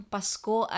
Pasko